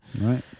Right